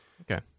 Okay